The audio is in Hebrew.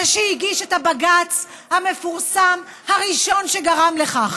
זה שהגיש את הבג"ץ המפורסם הראשון שגרם לכך